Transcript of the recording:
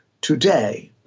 today